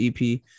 ep